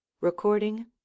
Recording